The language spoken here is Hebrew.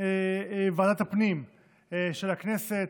ועדת הפנים של הכנסת,